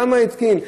כמה התקין?